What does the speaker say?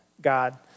God